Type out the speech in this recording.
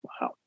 Wow